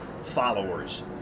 followers